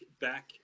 back